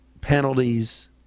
penalties